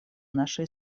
нашей